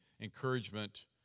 encouragement